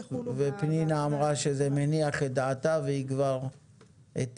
פנינה אמרה שזה מניח את דעתה והיא כבר הטילה